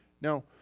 now